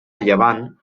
llevant